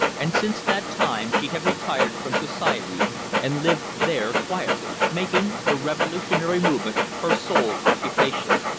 and since that time she had retired from society and lived there quietly, making the revolutionary movement her sole occupation.